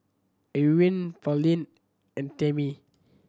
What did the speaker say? Irwin Pauline and Tamie